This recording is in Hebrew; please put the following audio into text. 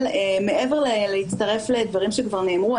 אבל מעבר להצטרף לדברים שכבר נאמרו,